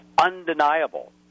undeniable